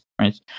right